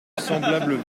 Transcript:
semblables